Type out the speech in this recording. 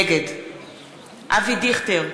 נגד אבי דיכטר,